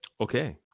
Okay